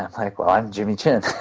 i'm like, well, i'm jimmy chin.